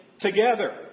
together